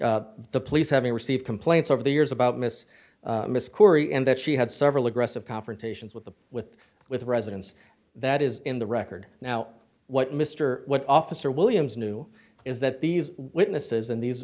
the police having received complaints over the years about miss miss corey and that she had several aggressive confrontations with the with with residence that is in the record now what mr what officer williams knew is that these witnesses and these